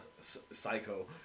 Psycho